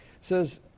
Says